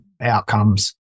outcomes